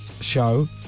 show